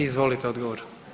Izvolite odgovor.